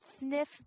Sniff